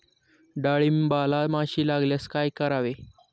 डाळींबाला माशी लागल्यास काय करावे?